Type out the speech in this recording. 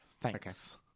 Thanks